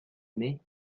aimé